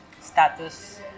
status